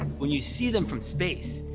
when you see them from space,